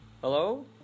Hello